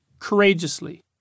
courageously